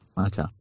Okay